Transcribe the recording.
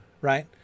right